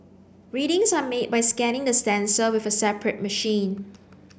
readings are made by scanning the sensor with a separate machine